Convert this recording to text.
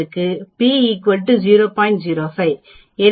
05 எனவே அந்த 0